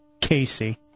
Casey